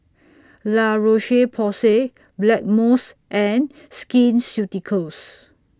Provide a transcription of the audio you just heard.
La Roche Porsay Blackmores and Skin Ceuticals